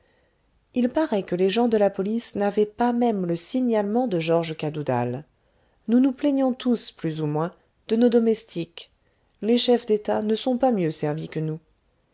il paraît que les gens de la police n'avaient pas même le signalement de georges cadoudal nous nous plaignons tous plus ou moins de nos domestiques les chefs d'état ne sont pas mieux servis que nous